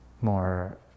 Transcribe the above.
more